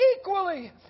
equally